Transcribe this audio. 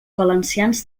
valencians